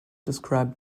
describe